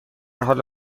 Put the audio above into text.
حال